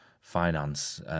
finance